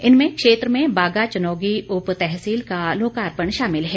इनमें क्षेत्र में बागा चनोगी उप तहसील का लोकार्पण शामिल है